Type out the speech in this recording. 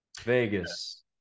Vegas